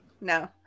no